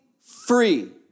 free